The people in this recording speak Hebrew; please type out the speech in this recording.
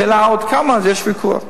השאלה עוד כמה, על זה יש ויכוח.